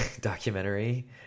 documentary